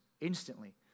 instantly